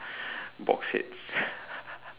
box head